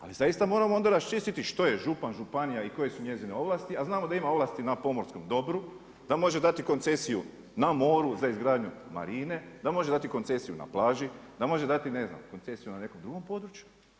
Ali zaista moramo onda raščistiti što je župan, županija i koje su njezine ovlasti a znamo da ima ovlasti na pomorskom dobru, da može dati koncesiju na moru, za izgradnju marine, da može dati koncesiju na plaži, da može dati ne znam, koncesiju na nekom drugom području.